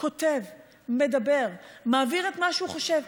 כותב, מדבר, מעביר את מה שהוא חושב.